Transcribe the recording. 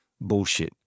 bullshit